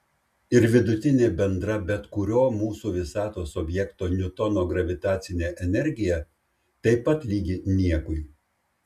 ir vidutinė bendra bet kurio mūsų visatos objekto niutono gravitacinė energija taip pat lygi niekui